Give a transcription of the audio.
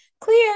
Clear